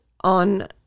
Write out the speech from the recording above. on